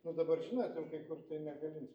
nuo dabar žinot jau kai kur tai negali